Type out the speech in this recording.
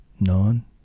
None